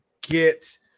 get